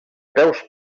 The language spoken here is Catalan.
peus